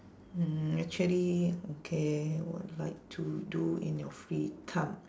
hmm actually okay what like to do in your free time